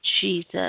Jesus